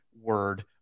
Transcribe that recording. word